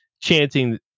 chanting